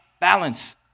balance